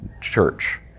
church